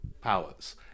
powers